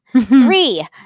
Three